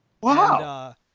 wow